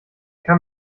kann